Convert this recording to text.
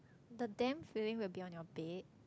the damp feeling will be on your bed